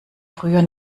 früher